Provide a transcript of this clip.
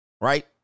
Right